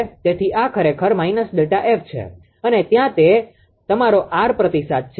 તેથી આ ખરેખર માઈનસ ΔF છે અને ત્યાં તે તમારો આર પ્રતિસાદ છે